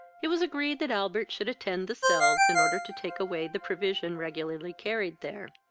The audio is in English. it was agreed that albert should attend the cells in order to take away the provision regularly carried there.